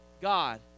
God